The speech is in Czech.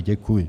Děkuji.